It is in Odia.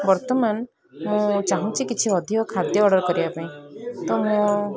ବର୍ତ୍ତମାନ ମୁଁ ଚାହୁଁଛି କିଛି ଅଧିକ ଖାଦ୍ୟ ଅର୍ଡ଼ର୍ କରିବା ପାଇଁ ତ ମୁଁ